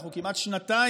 אנחנו כמעט שנתיים